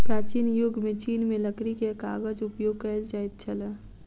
प्राचीन युग में चीन में लकड़ी के कागज उपयोग कएल जाइत छल